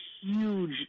huge